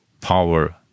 power